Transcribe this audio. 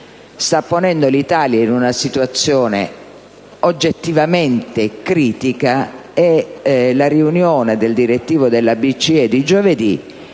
sta ponendo l'Italia in una situazione oggettivamente critica, tanto che la riunione del direttivo della BCE di giovedì